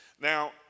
Now